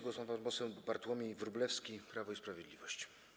Głos ma pan poseł Bartłomiej Wróblewski, Prawo i Sprawiedliwość.